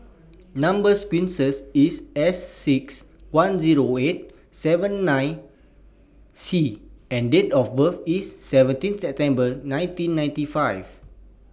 Number sequence IS S six one Zero eight seven five nine C and Date of birth IS seventeen September nineteen fifty nine